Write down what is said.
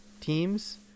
teams